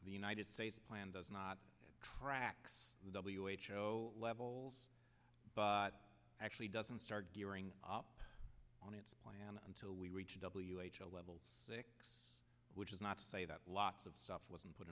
the united states plan does not tracks the w h o levels but actually doesn't start gearing up on its plan until we reach w h o level six which is not to say that lots of stuff wasn't put